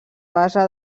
base